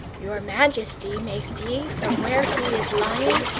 your majesty may see, from where he is lying,